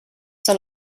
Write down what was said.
soll